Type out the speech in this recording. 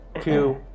two